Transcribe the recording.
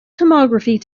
tomography